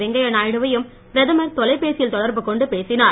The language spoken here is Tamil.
வெங்கைய நாயுடு வையும் பிரதமர் தொலைபேசியில் தொடர்பு கொண்டு பேசினார்